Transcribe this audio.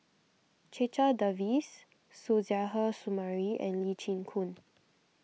Checha Davies Suzairhe Sumari and Lee Chin Koon